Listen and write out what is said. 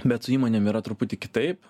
bet su įmonėm yra truputį kitaip